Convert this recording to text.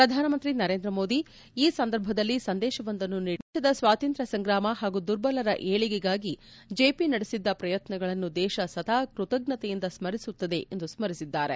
ಪ್ರಧಾನಮಂತ್ರಿ ನರೇಂದ್ರಮೋದಿ ಈ ಸಂದರ್ಭದಲ್ಲಿ ಸಂದೇಶವೊಂದನ್ನು ನೀಡಿ ದೇಶದ ಸ್ವಾತಂತ್ರ್ಯ ಸಂಗ್ರಾಮ ಹಾಗೂ ದುರ್ಬಲರ ಏಳಿಗೆಗಾಗಿ ಜೆಪಿ ನಡೆಸಿದ್ದ ಪ್ರಯತ್ನಗಳನ್ನು ದೇಶ ಸದಾ ಕೃತಜ್ಞತೆಯಿಂದ ಸ್ಪರಿಸುತ್ತದೆ ಎಂದು ಸ್ಪರಿಸಿದ್ದಾರೆ